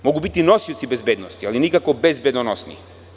Mogu biti nosioci bezbednosti, ali nikako „bezbedonosni“